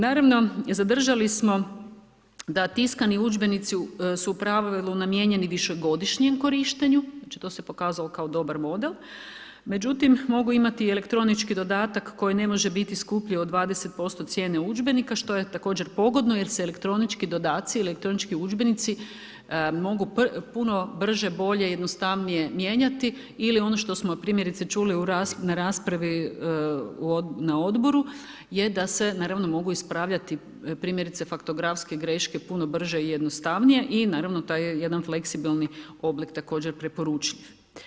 Naravno, zadržali smo da tiskani udžbenici, su u pravilu namijenjeni višegodišnjem korištenju, znači to se pokazalo kao dobar model, međutim, mogu imati elektronički dodatak, koji ne može biti skuplji od 20% cijene udžbenika, što je također pogodno, jer se elektronički dodaci, elektronički udžbenici mogu puno brže, bolje i jednostavnije mijenjati ili ono što smo primjerice čuli na raspravi na odboru, je da se naravno mogu ispravljati primjerice fotografske greške puno brže i jednostavnije i naravno da je jedan fleksibilni oblik također preporučljiv.